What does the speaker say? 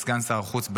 כסגן שר החוץ,